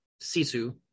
Sisu